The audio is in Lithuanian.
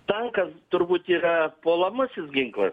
tankas turbūt yra puolamasis ginklas